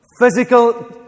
Physical